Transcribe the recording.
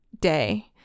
day